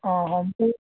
ଅଁ ହଁ ମୁଁ